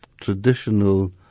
traditional